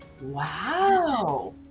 Wow